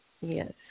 Yes